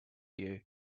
you